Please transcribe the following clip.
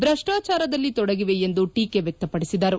ಪ್ರಪ್ಲಾಚಾರದಲ್ಲಿ ತೊಡಗಿದೆ ಎಂದು ಟೀಕೆ ವ್ಯಕ್ತಪಡಿಸಿದರು